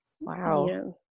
Wow